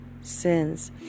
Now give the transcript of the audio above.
sins